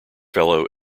fellow